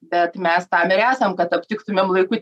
bet mes tam ir esam kad aptiktumėm laiku